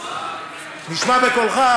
נשמע בקולך?